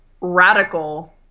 Radical